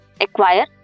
Acquire